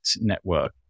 network